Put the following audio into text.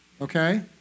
Okay